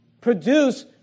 Produce